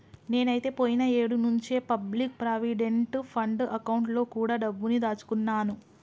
నేనైతే పోయిన ఏడు నుంచే పబ్లిక్ ప్రావిడెంట్ ఫండ్ అకౌంట్ లో కూడా డబ్బుని దాచుకున్నాను